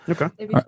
okay